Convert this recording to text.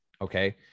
Okay